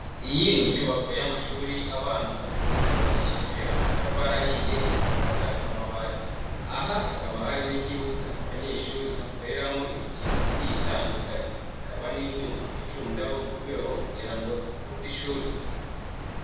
Iyi ni inyubako y'amashuri abanza, yubakishijwe amatafari ahiye, ikaba isakajwe amabati, aha hakaba harimo ikibuga abanyeshuri bakoreramo imikino igiye itandukanye, hakaba n'ibyuma bicundaho mu rwego kugira ngo bakunde ishuri.